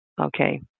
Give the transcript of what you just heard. Okay